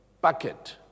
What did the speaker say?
bucket